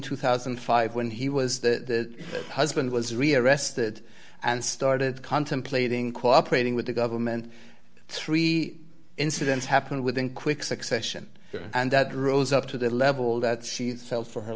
two thousand and five when he was the husband was rearrested and started contemplating cooperated with the government three incidents happened within quick succession and that rose up to the level that she felt for her